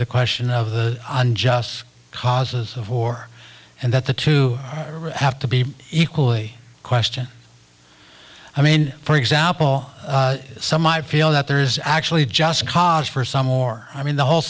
the question of the unjust causes of war and that the two have to be equally question i mean for example some might feel that there is actually just cause for some or i mean the whole